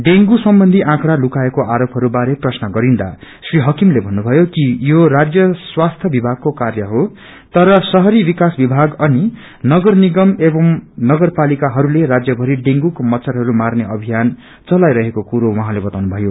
dengue सम्बन्धी आर्कड़ा लुकाएको आरोपहरू बारे प्रश्न गरिन्दा श्री हकीमले भन्नुभयो कि यो राज्य स्वस्थ्य विभ्वागको कार्य हो तर शहरी विकास विभाग अनि नगर निगम एवं नगरपालिकाहस्ले राज्य भरी हेँगूको मच्छरहरू मार्ने अभियान चलाइरहेको कुरो उहाँले बताउनुभयो